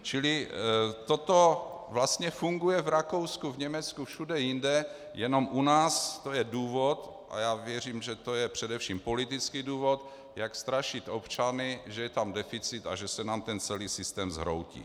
Čili toto vlastně funguje v Rakousku, v Německu, všude jinde, jenom u nás to je důvod, a já věřím, že to je především politický důvod, jak strašit občany, že je tam deficit a že se nám ten celý systém zhroutí.